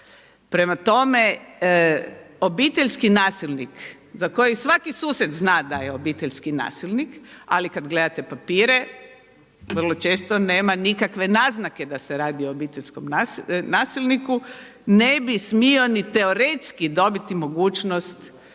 Prema tome, obiteljski nasilnik za kojeg svaki susjed zna da je obiteljski nasilnik, ali kada gledate papire vrlo često nema nikakve naznake da se radi o obiteljskom nasilniku, ne bi smio ni teoretski dobiti mogućnost